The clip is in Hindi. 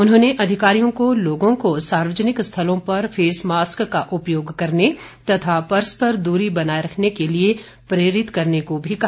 उन्होंने अधिकारियों को लोगों को सार्वजनिक स्थलों पर फेस मास्क का उपयोग करने तथा परस्पर दूरी बनाए रखने के लिए प्रेरित करने को भी कहा